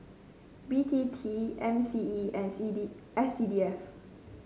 B T T M C E and C D S C D F